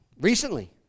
recently